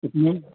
کتنے